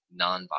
nonviolent